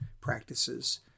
practices